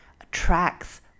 attracts